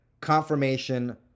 confirmation